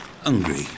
Hungry